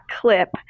clip